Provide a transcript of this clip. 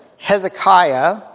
Hezekiah